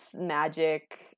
magic